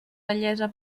bellesa